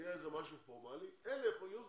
שיהיה משהו פורמלי, אלה יהיו זכאים,